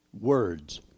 words